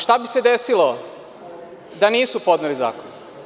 Šta bi se desilo da nisu podneli ovaj zakon?